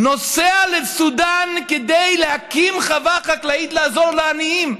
נוסע לסודאן כדי להקים חווה חקלאית לעזור לעניים,